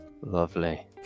lovely